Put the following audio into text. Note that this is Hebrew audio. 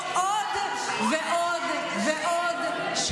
יש פה עוד ועוד שחיתות.